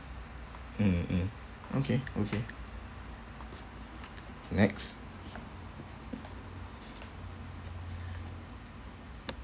mm mm okay okay next